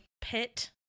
pit